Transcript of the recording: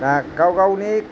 दा गाव गावनि